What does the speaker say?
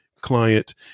client